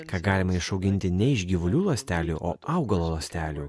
ką galima išauginti ne iš gyvulių ląstelių o augalo ląstelių